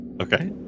Okay